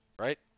Right